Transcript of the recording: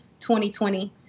2020